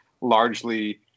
largely